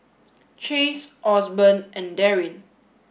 Chase Osborn and Darryn